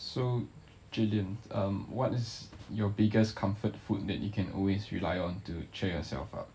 so gillian um what is your biggest comfort food that you can always rely on to cheer yourself up